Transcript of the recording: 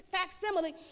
facsimile